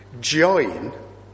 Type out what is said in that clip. join